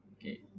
Okay